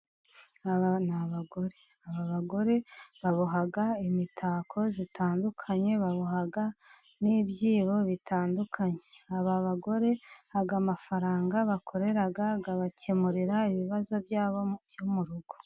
Aba ni abagore ,aba bagore baboha imitako itandukanye baboha n'ibyibo bitandukanye .Aba bagore ,aya mafaranga bakorera abakemurira ibibazo byabo byo mu rugo.